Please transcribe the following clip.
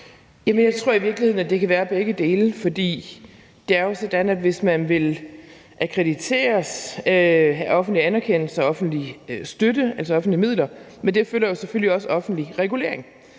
Jeg tror i virkeligheden, at det kan være begge dele, for det er jo sådan, at hvis man vil akkrediteres og have offentlig anerkendelse og have offentlige midler, følger der selvfølgelig også offentlig regulering.